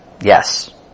Yes